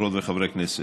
חברות וחברי הכנסת,